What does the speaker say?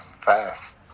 fast